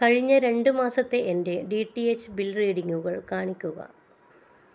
കഴിഞ്ഞ രണ്ടു മാസത്തെ എൻ്റെ ഡി ടി എച്ച് ബിൽ റീഡിംഗുകൾ കാണിക്കുക